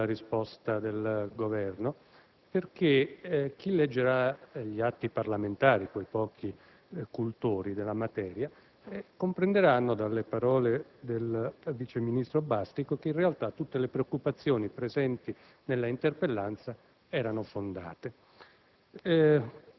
soddisfatto della risposta del Governo perché chi leggerà gli atti parlamentari - quei pochi cultori della materia - comprenderà dalle parole del vice ministro Bastico che in realtà tutte le preoccupazioni presenti nell'interpellanza erano fondate.